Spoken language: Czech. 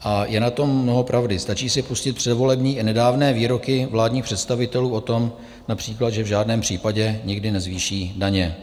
A je na tom mnoho pravdy, stačí si pustit předvolební i nedávné výroky vládních představitelů o tom například, že v žádném případě nikdy nezvýší daně.